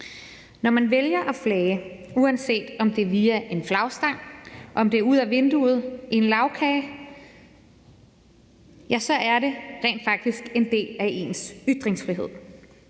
Når man vælger at flage, uanset om det lige er i en flagstang, om det er ud ad vinduet, eller om det er i en lagkage, så er det rent faktisk en del af ens ytringsfrihed.